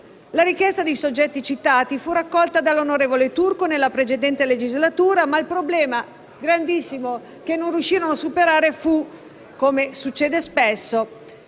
La richiesta dei soggetti citati fu raccolta dall'onorevole Turco nella precedente legislatura, ma il problema grandissimo che non riuscirono a superare fu, come succede spesso,